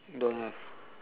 don't have